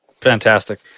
Fantastic